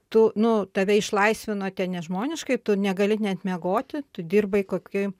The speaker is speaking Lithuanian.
tu nu tave išlaisvino ten nežmoniškai tu negali net miegoti tu dirbai koki